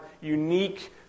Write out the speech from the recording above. unique